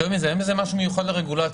יותר מזה, אין בזה משהו מיוחד לרגולציה.